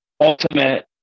ultimate